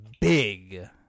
big